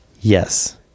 Yes